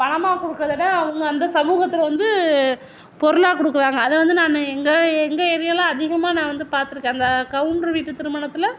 பணமாக கொடுக்குறத விட அவங்க அந்த சமூகத்தில் வந்து பொருளாக கொடுக்குறாங்க அதை வந்து நான் எங்கள் எங்கள் ஏரியாவில் அதிகமாக நான் வந்து பார்த்துருக்கேன் அந்த கவுண்டர் வீட்டு திருமணத்தில்